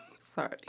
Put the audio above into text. Sorry